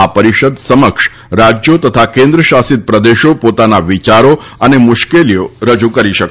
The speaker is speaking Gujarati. આ પરિષદ સમક્ષ રાજ્યો તથા કેન્ન્ય શાસિત પ્રદેશો પોતાના વિચારો તથા મુશ્કેલીઓ રજૂ કરી શકશે